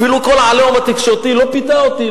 אפילו כל ה"עליהום" התקשורתי לא פיתה אותי,